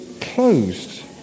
closed